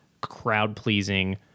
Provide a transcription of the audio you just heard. crowd-pleasing